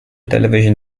television